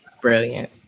brilliant